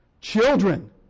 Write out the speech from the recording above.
Children